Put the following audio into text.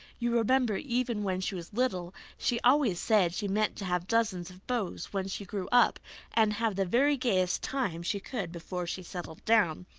you remember even when she was little she always said she meant to have dozens of beaus when she grew up and have the very gayest time she could before she settled down.